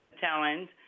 talent